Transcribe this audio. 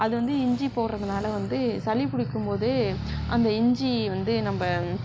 அது வந்து இஞ்சி போடுறதுனால வந்து சளி பிடிக்கும்போது அந்த இஞ்சி வந்து நம்ம